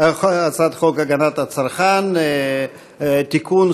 הצעת חוק הגנת הצרכן (תיקון,